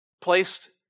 placed